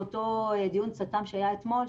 באותו דיון צט"ם שהיה אתמול,